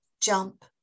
jump